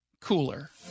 cooler